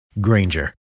Granger